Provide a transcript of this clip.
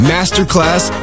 Masterclass